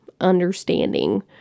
understanding